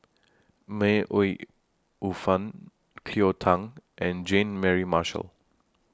May Ooi Yu Fen Cleo Thang and Jean Mary Marshall